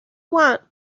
want